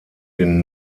den